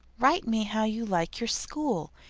write me how you like your school,